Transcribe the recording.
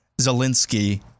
Zelensky